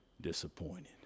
disappointed